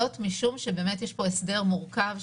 זאת משום שבאמת יש פה הסדר מורכב,